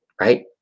right